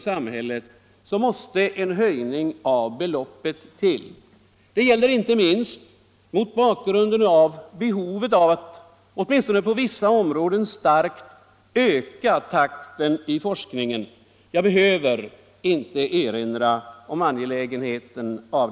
Jag behöver inte erinra om angelägenheten av att takten i forskningen, åtminstone på vissa områden, starkt ökas. Herr talman!